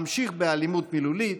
ממשיך באלימות מילולית,